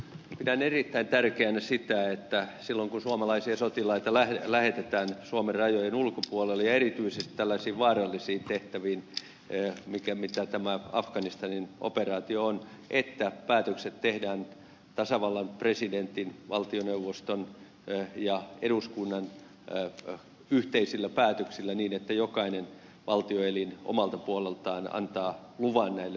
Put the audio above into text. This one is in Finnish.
pidän erittäin tärkeänä sitä että silloin kun suomalaisia sotilaita lähetetään suomen rajojen ulkopuolelle ja erityisesti tällaisiin vaarallisiin tehtäviin mitä tämä afganistanin operaatio on päätökset tehdään tasavallan presidentin valtioneuvoston ja eduskunnan yhteisillä päätöksillä niin että jokainen valtioelin omalta puoleltaan antaa luvan näille päätöksille